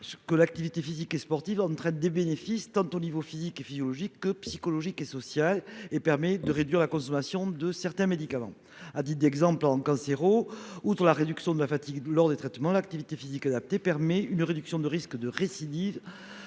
Que l'activité physique et sportive, on traite des bénéfices tant au niveau physique et physiologique que psychologique et social et permet de réduire la consommation de certains médicaments à Didier. Exemple, en cas 0. Outre la réduction de la fatigue lors des traitements, l'activité physique adaptée permet une réduction de risque de récidive,